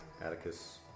Atticus